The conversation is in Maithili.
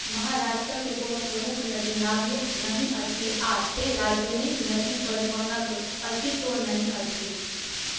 महाराष्ट्रके कोनो प्रमुख नदी नाव्य नहि अछि आओर तेँ राज्यमे नदी परिवहनके अस्तित्व नहि अछि